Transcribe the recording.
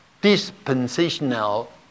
dispensational